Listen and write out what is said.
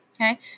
Okay